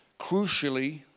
Crucially